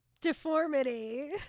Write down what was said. deformity